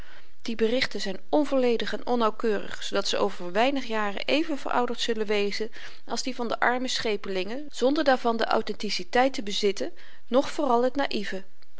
die berichten zyn onvolledig en onnauwkeurig zoodat ze over weinig jaren even verouderd zullen wezen als die van de arme schepelingen zonder daarvan de autenticiteit te bezitten noch vooral het naïve